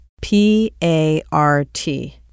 P-A-R-T